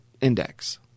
index